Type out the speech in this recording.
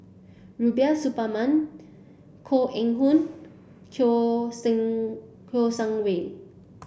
Rubiah Suparman Koh Eng Hoon Kiong Sing Ko Shang Wei